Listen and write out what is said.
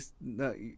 No